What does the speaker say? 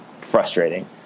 frustrating